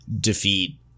defeat